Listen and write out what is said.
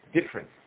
different